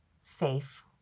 safe